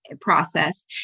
process